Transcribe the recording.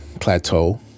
plateau